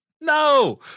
No